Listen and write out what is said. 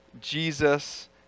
Jesus